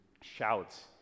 shouts